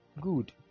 Good